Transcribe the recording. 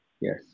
Yes